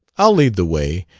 i'll lead the way,